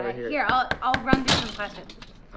here ah i'll run through some questions.